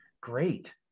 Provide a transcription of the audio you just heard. great